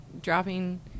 dropping